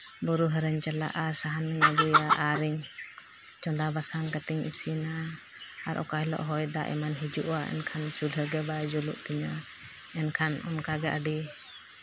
ᱵᱩᱨᱩ ᱫᱷᱟᱨᱮᱧ ᱪᱟᱞᱟᱜᱼᱟ ᱥᱟᱦᱟᱱᱤᱧ ᱟᱹᱜᱩᱭᱟ ᱟᱨᱤᱧ ᱪᱚᱸᱫᱟ ᱵᱟᱥᱟᱝ ᱠᱟᱛᱮᱧ ᱤᱥᱤᱱᱟ ᱟᱨ ᱚᱠᱟ ᱦᱤᱞᱳᱜ ᱦᱚᱭ ᱫᱟᱜ ᱮᱢᱟᱱ ᱦᱤᱡᱩᱜᱼᱟ ᱮᱱᱠᱷᱟᱱ ᱪᱩᱞᱦᱟᱹ ᱫᱚ ᱵᱟᱭ ᱡᱩᱞᱩᱜ ᱛᱤᱧᱟᱹ ᱮᱱᱠᱷᱟᱱ ᱚᱱᱠᱟᱜᱮ ᱟᱹᱰᱤ